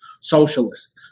socialists